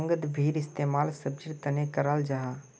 बन्द्गोभीर इस्तेमाल सब्जिर तने कराल जाहा